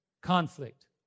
conflict